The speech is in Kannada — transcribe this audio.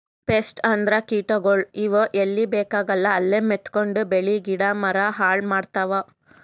ಪೆಸ್ಟ್ ಅಂದ್ರ ಕೀಟಗೋಳ್, ಇವ್ ಎಲ್ಲಿ ಬೇಕಾಗಲ್ಲ ಅಲ್ಲೇ ಮೆತ್ಕೊಂಡು ಬೆಳಿ ಗಿಡ ಮರ ಹಾಳ್ ಮಾಡ್ತಾವ್